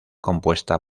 compuesta